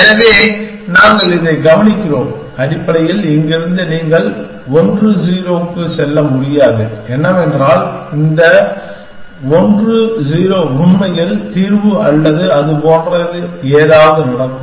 எனவே நாங்கள் இதைக் கவனிக்கிறோம் அடிப்படையில் இங்கிருந்து நீங்கள் இந்த 1 0 க்கு செல்ல முடியாது என்னவென்றால் அந்த 1 0 உண்மையில் தீர்வு அல்லது அது போன்ற ஏதாவது நடக்கும்